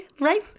right